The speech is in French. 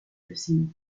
leucémie